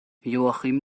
joachim